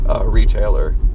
retailer